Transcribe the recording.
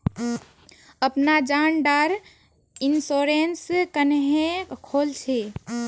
अपना जान डार इंश्योरेंस क्नेहे खोल छी?